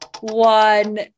one